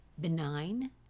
benign